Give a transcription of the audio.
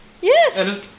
Yes